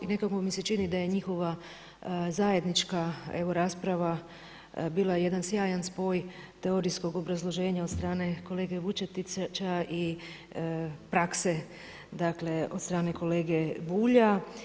I nekako mi se čini da je njihova zajednička rasprava bila jedan sjajan spoj teorijskog obrazloženja od strane kolege Vučetića i prakse od strane kolege Bulja.